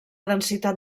densitat